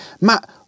Matt